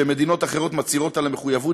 שמדינות אחרות מצהירות על המחויבות,